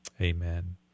Amen